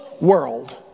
world